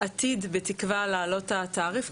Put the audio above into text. עתיד בתקווה להעלות את התעריף,